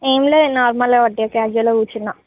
ఏం లేదు నార్మల్ ఏ ఒట్టిగా కాసువల్ గా కూర్చున్నా